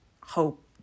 hope